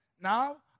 now